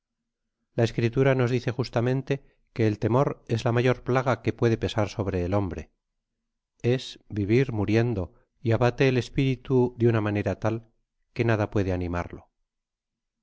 la escritura nos dice justamente que el temor es la mayor plaga que puede pesar sobre el hombre es vivir muriendo y abate el espiritu de una manera tal que nada puede animarlo